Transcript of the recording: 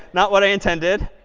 not what i intended.